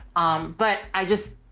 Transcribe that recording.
um, but i just,